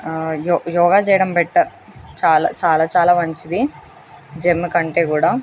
యో యోగా చేయడం బెటర్ చాలా చాలా చాలా మంచిది జిమ్ కంటే కూడా